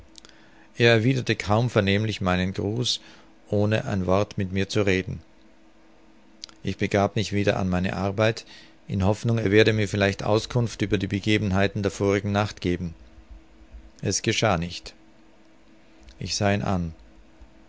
er erwiderte kaum vernehmlich meinen gruß ohne ein wort mit mir zu reden ich begab mich wieder an meine arbeit in hoffnung er werde mir vielleicht auskunft über die begebenheiten der vorigen nacht geben es geschah nicht ich sah ihn an